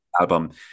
album